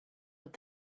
with